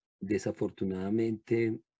desafortunadamente